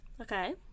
Okay